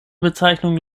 bezeichnung